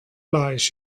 lies